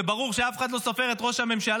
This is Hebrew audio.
זה ברור שאף אחד לא סופר את ראש הממשלה.